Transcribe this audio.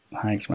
thanks